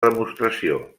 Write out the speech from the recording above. demostració